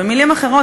במילים אחרות,